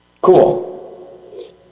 Cool